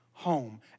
home